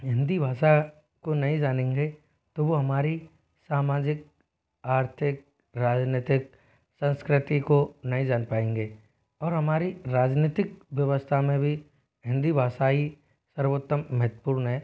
हिंदी भाषा को नहीं जानेंगे तो वो हमारी सामाजिक आर्थिक राजनीतिक संस्कृति को नहीं जान पाएंगे और हमारी राजनीतिक व्यवस्था में भी हिंदी भाषा ही सर्वोत्तम महत्वपूर्ण है